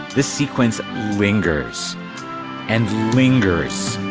this sequence lingers and lingers